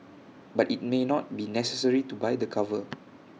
but IT may not be necessary to buy the cover